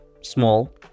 small